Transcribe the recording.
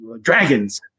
Dragons